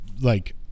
like-